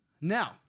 Now